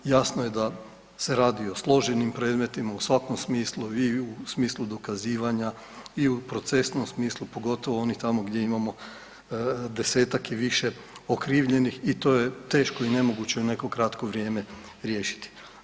Jasno je da se radi o složenim predmetima u svakom smislu i u smislu dokazivanja i u procesnom smislu pogotovo oni tamo gdje imamo desetak i više okrivljenih i to je teško i nemoguće u neko kratko vrijeme riješiti.